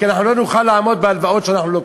כי אנחנו לא נוכל לעמוד בהלוואות שאנחנו לוקחים.